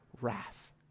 wrath